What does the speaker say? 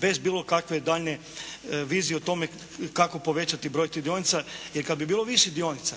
bez bilo kakve daljnje vizije o tome kako povećati broj tih dionica. Jer kad bi bilo više dionica,